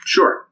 Sure